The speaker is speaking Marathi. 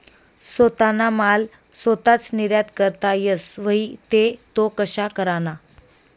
सोताना माल सोताच निर्यात करता येस व्हई ते तो कशा कराना?